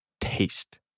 taste